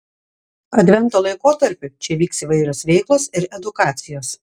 advento laikotarpiu čia vyks įvairios veiklos ir edukacijos